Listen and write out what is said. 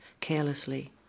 carelessly